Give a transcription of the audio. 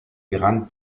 grand